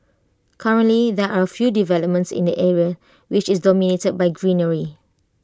currently there are few developments in the area which is dominated by greenery